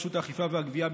רשות האכיפה והגבייה,